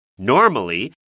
Normally